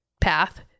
path